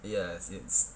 ya it's